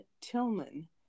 Tillman